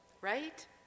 right